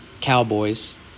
Cowboys